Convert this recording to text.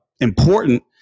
important